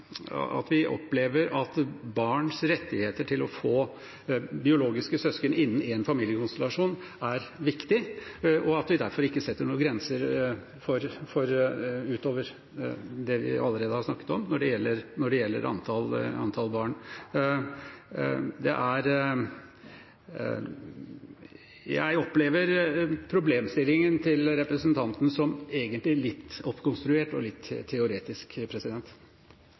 her. Vi opplever at barns rett til å få biologiske søsken innen én familiekonstellasjon er viktig, og at vi derfor ikke setter noen grenser, utover det vi allerede har snakket om når det gjelder antall barn. Jeg opplever problemstillingen til representanten som egentlig litt oppkonstruert og litt teoretisk.